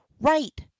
Right